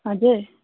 हजुर